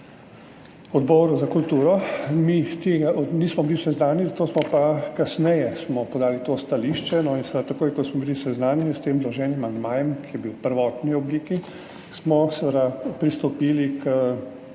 Odboru za kulturo, mi nismo bili seznanjeni, zato smo pa kasneje podali to stališče. In seveda, takoj ko smo bili seznanjeni s tem vloženim amandmajem, ki je bil v prvotni obliki, smo pristopili k